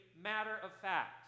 matter-of-fact